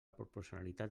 proporcionalitat